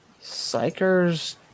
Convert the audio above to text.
Psychers